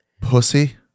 pussy